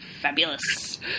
Fabulous